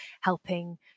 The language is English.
helping